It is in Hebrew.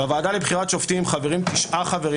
בוועדה לבחירת שופטים חברים תשעה חברים